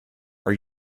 are